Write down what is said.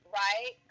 right